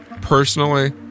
Personally